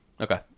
Okay